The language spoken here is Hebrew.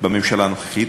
בממשלה הנוכחית,